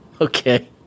Okay